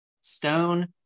Stone